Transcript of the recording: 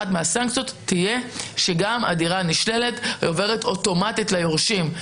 אחת הסנקציות תהיה שגם הדירה נשללת ועוברת אוטומטית ליורשים,